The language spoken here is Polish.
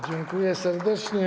Dziękuję serdecznie.